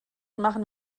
machen